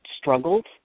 struggled